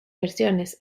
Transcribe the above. versiones